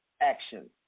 action